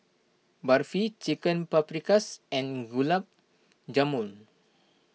Barfi Chicken Paprikas and Gulab Jamun